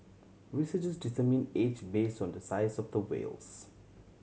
researchers determine age based on the size of the whales